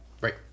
Right